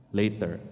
later